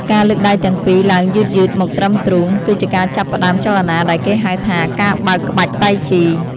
ការលើកដៃទាំងពីរឡើងយឺតៗមកត្រឹមទ្រូង គឺជាការចាប់ផ្ដើមចលនាដែលគេហៅថា ការបើកក្បាច់តៃជី។